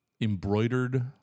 embroidered